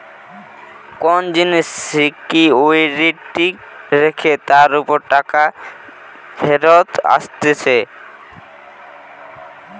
কোন জিনিস সিকিউরিটি রেখে তার উপর টাকা ফেরত আসতিছে